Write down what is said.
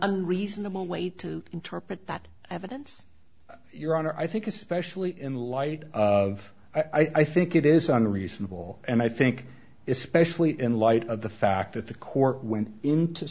reasonable way to interpret that evidence your honor i think especially in light of i think it is unreasonable and i think it's especially in light of the fact that the court went into